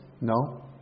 No